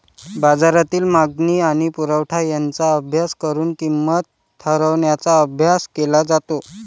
बाजारातील मागणी आणि पुरवठा यांचा अभ्यास करून किंमत ठरवण्याचा अभ्यास केला जातो